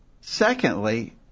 Secondly